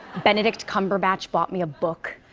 benedict cumberbatch bought me a book.